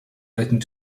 relating